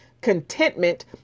contentment